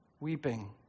weeping